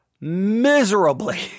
miserably